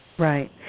Right